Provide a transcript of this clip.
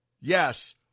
yes